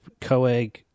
coag